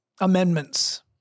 amendments